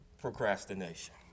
procrastination